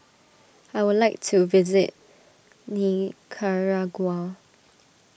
I would like to visit Nicaragua